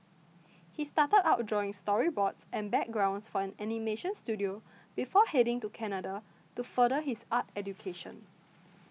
he started out drawing storyboards and backgrounds for an animation studio before heading to Canada to further his art education